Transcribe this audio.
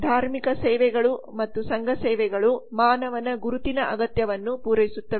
ಧಾರ್ಮಿಕ ಸೇವೆಗಳು ಮತ್ತು ಸಂಘ ಸೇವೆಗಳು ಮಾನವನ ಗುರುತಿನ ಅಗತ್ಯವನ್ನು ಪೂರೈಸುತ್ತವೆ